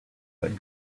that